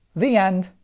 the end!